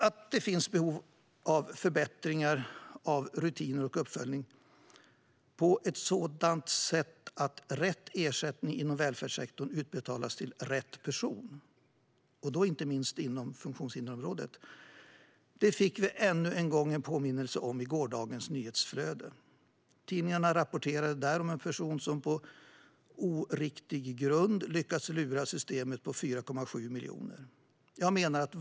Att det finns behov av att förbättra rutiner och uppföljning för att rätt ersättningar inom välfärdssektorn ska utbetalas till rätt person, och då inte minst inom funktionshindersområdet, fick vi än en gång en påminnelse om i gårdagens nyhetsflöde. Tidningarna rapporterade då om en person som på oriktiga grunder lyckats lura systemet på 4,7 miljoner.